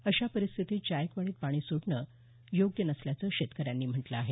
अशा परिस्थीतीत जायकवाडीत पाणी सोडणं योग्य नसल्याचं शेतकऱ्यांनी म्हटलं आहे